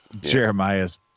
Jeremiah's